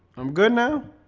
i'm good now